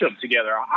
together